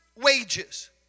wages